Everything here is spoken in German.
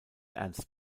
ernst